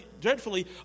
dreadfully